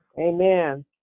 amen